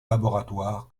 laboratoire